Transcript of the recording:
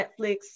Netflix